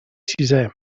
sisé